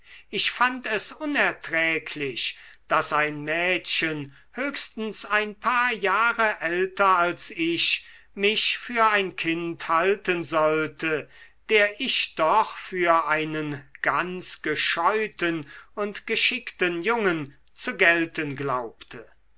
ich fand es unerträglich daß ein mädchen höchstens ein paar jahre älter als ich mich für ein kind halten sollte der ich doch für einen ganz gescheuten und geschickten jungen zu gelten glaubte